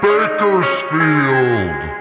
Bakersfield